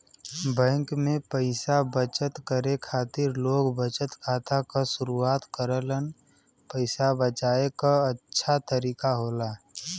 bank में पइसा बचत करे खातिर लोग बचत खाता क शुरआत करलन पइसा बचाये क अच्छा तरीका होला